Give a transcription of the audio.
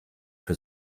für